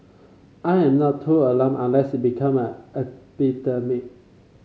I am not too alarmed unless it become an epidemic